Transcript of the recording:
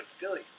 Billy